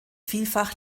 vielfach